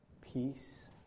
Peace